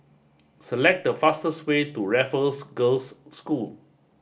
select the fastest way to Raffles Girls' School